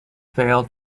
failed